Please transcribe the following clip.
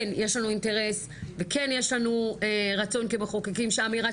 כן יש לנו אינטרס וכן יש לנו רצון כמחוקקים שהאמירה